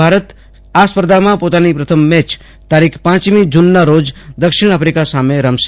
ભારત આ સ્પર્ધામાં પોતાની પ્રથમ મેચ તારીખ પાંચમી જુને દક્ષિણ આફિકા સામે રમશે